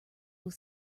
will